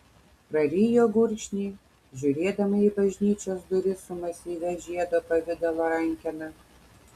prarijo gurkšnį žiūrėdama į bažnyčios duris su masyvia žiedo pavidalo rankena